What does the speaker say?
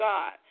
God